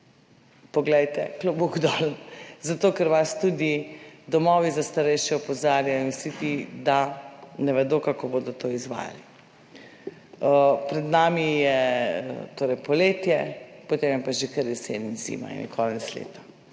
poglejte, klobuk dol, zato, ker vas tudi domovi za starejše opozarjajo vsi ti, da ne vedo kako bodo to izvajali. Pred nami je torej poletje, potem je pa že kar jesen, zima in je konec leta.